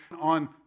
On